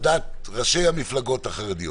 על דעת כל ראשי המפלגות החרדיות,